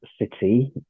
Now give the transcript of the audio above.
city